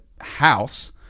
house